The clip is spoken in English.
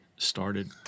started